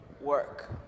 work